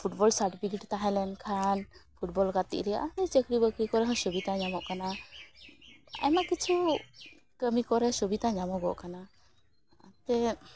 football certificate ᱛᱟᱦᱮᱸᱞᱮᱱ ᱠᱷᱟᱱ football ᱜᱟᱛᱮᱜ ᱨᱮᱭᱟᱜ ᱪᱟ ᱠᱨᱤᱼᱵᱟ ᱠᱨᱤ ᱠᱚᱨᱮ ᱦᱚᱸ ᱥᱩᱵᱤᱫᱟ ᱧᱟᱢᱚᱜ ᱠᱟᱱᱟ ᱟᱭᱢᱟ ᱠᱤᱪᱷᱩ ᱠᱟᱹᱢᱤ ᱠᱚᱨᱮ ᱥᱩᱵᱤᱫᱟ ᱧᱟᱢᱚᱜᱚᱜ ᱠᱟᱱᱟ ᱟᱯᱮ